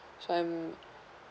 so I'm